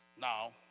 Now